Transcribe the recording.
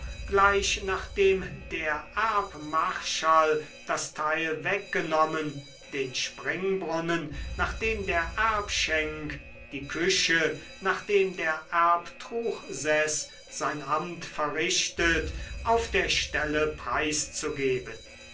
gleich nachdem der erbmarschall das teil weggenommen den springbrunnen nachdem der erbschenk die küche nachdem der erbtruchseß sein amt verrichtet auf der stelle preiszugeben